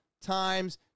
times